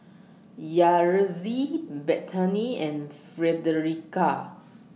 Yaretzi Bethany and Fredericka